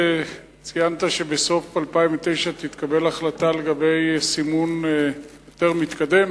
ציינת שבסוף 2009 תתקבל החלטה לגבי סימון יותר מתקדם,